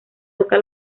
toca